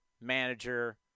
manager